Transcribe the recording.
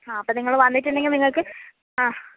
ആ അപ്പോൾ നിങ്ങൾ വന്നിട്ടുണ്ടെങ്കിൽ നിങ്ങൾക്ക്